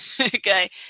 okay